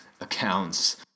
accounts